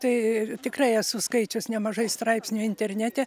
tai tikrai esu skaičius nemažai straipsnių internete